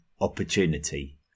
opportunity